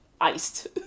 iced